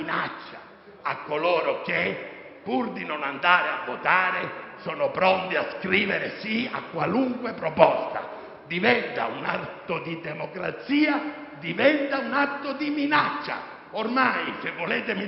a coloro che, pur di non andare a votare, sono pronti a dire di sì a qualunque proposta. Un atto di democrazia diventa un atto di minaccia. Ormai, se volete minacciare